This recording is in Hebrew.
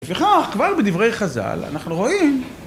לפיכך כבר בדברי חז"ל אנחנו רואים